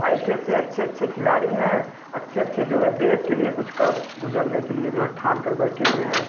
ऐसे ऐसे अच्छे अच्छे खिलाड़ी हैं अच्छे अच्छे जो है देश के लिए कुछ कर गुजरने के लिए जो है ठान कर बैठे हुए हैं